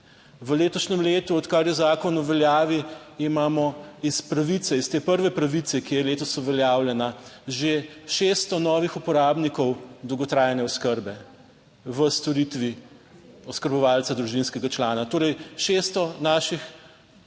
V letošnjem letu, odkar je zakon v veljavi, imamo iz pravice iz te prve pravice, ki je letos uveljavljena, že 600 novih uporabnikov dolgotrajne oskrbe v storitvi oskrbovalca družinskega člana, torej 600 naših državljanov,